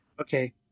Okay